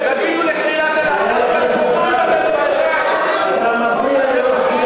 תגידו לקהילת הלהט"בים, חבר הכנסת בר,